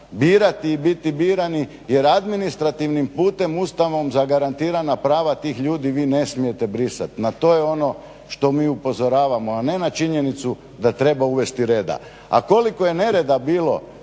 birati i biti birani, jer administrativnim putem Ustavom zagarantirana prava tih ljudi vi ne smijete brisat. To je ono što mi upozoravamo, a ne na činjenicu da treba uvesti reda. A koliko je nereda bilo